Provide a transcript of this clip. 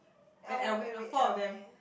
and Alvin ah four of them